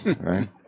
right